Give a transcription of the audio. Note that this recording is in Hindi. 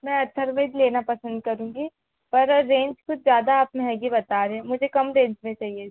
मैं अथर्ववेद लेना पसंद करुँगी पर रेंज कुछ ज़्यादा आप मंहगी बता रहे हैं मुझे कम रेंज में चाहिए